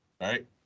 right